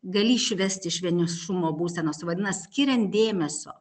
gali išvesti iš vienišumo būsenos vadinas skiriant dėmesio